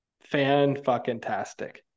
fan-fucking-tastic